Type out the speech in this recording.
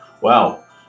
wow